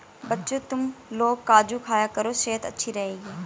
बच्चों, तुमलोग काजू खाया करो सेहत अच्छी रहेगी